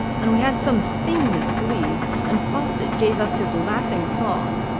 and we had some famous glees and fawcett gave us his laughing song,